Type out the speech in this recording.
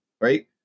right